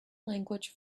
language